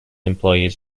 employees